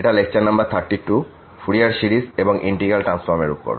এটা lecture number 32 Fourier series এবং integral ট্রান্সফরমের উপর